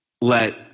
let